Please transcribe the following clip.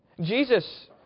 Jesus